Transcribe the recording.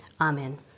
Amen